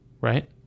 right